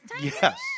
Yes